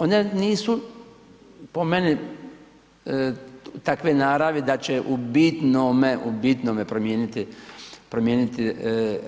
One nisu po meni takve naravi da će u bitnome, u bitnome promijeniti